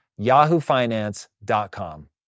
yahoofinance.com